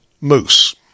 moose